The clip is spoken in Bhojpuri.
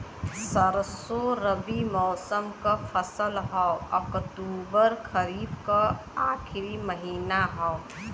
सरसो रबी मौसम क फसल हव अक्टूबर खरीफ क आखिर महीना हव